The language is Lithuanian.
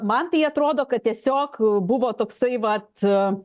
man tai atrodo kad tiesiog buvo toksai vat